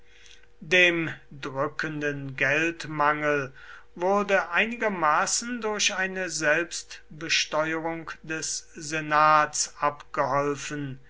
dem drückenden geldmangel wurde einigermaßen durch eine selbstbesteuerung des senats abgeholfen